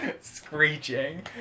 screeching